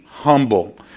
humble